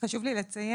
חשוב לי לציין,